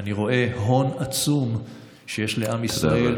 אני רואה הון עצום שיש לעם ישראל,